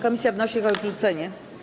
Komisja wnosi o ich odrzucenie.